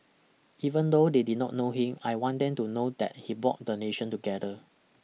even though they did not know him I want them to know that he bought the nation together